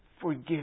Forgive